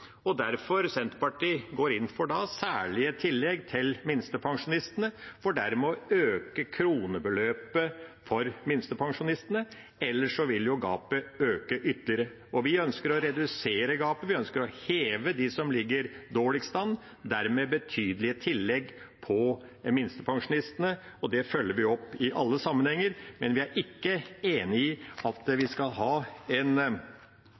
Senterpartiet går derfor inn for særlige tillegg til minstepensjonistene for dermed å øke kronebeløpet for dem, ellers vil gapet øke ytterligere. Vi ønsker å redusere gapet. Vi ønsker å heve dem som ligger dårligst an – dermed betydelige tillegg på minstepensjonen. Det følger vi opp i alle sammenhenger. Men vi er ikke enig i at